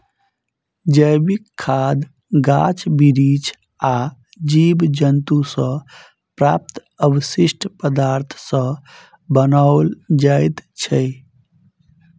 जैविक खाद गाछ बिरिछ आ जीव जन्तु सॅ प्राप्त अवशिष्ट पदार्थ सॅ बनाओल जाइत छै